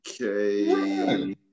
okay